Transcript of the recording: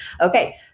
okay